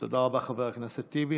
תודה רבה, חבר הכנסת טיבי.